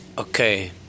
Okay